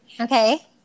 Okay